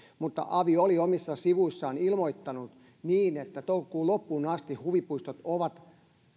mutta avi oli omilla sivuillaan ilmoittanut niin että toukokuun loppuun asti huvipuistot ovat